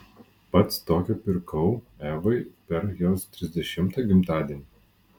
pats tokią pirkau evai per jos trisdešimtą gimtadienį